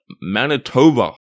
Manitoba